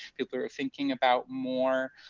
people are thinking about more.